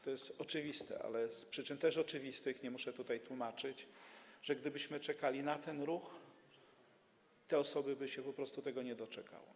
To jest oczywiste, ale z przyczyn też oczywistych, nie muszę tego tutaj tłumaczyć, gdybyśmy czekali na ten ruch, te osoby by się po prostu tego nie doczekały.